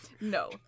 no